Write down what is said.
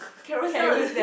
Carousell